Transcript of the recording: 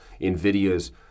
NVIDIA's